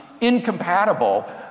incompatible